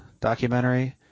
documentary